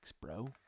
bro